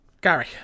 Gary